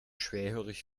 schwerhörig